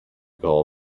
call